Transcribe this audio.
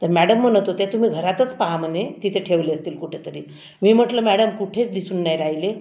तर मॅडम म्हणत होत्या तुम्ही घरातच पाहा म्हणे तिथे ठेवले असतील कुठेतरी मी म्हटलं मॅडम कुठेच दिसून नाही राहिले